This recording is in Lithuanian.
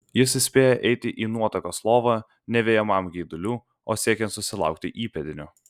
jis įspėja eiti į nuotakos lovą ne vejamam geidulių o siekiant susilaukti įpėdinių